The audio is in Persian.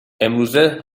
امروزه